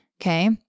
Okay